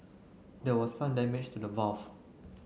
there was some damage to the valve